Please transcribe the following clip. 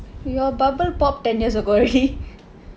your bubble popped ten years ago already